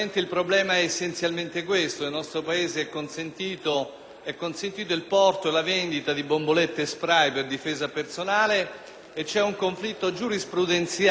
consentiti il porto e la vendita di bombolette spray per autodifesa e vi è un conflitto giurisprudenziale nell'applicazione delle normative che